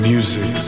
Music